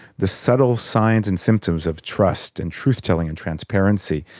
the subtle signs and symptoms of trust and truth telling and transparency,